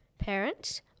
Parents